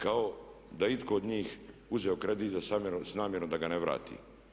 Kao da je itko od njih uzeo kredit s namjerom da ga ne vrati.